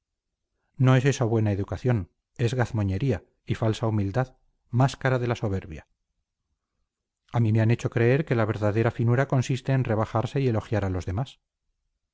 no es eso buena educación es gazmoñería y falsa humildad máscara de la soberbia a mí me han hecho creer que la verdadera finura consiste en rebajarse y elogiar a los demás